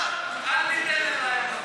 אל תיתן להם רעיונות.